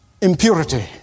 impurity